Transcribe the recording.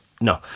No